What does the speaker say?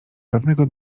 pewnego